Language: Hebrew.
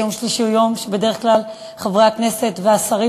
שיום שלישי הוא יום שבדרך כלל חברי הכנסת והשרים